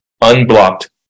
Unblocked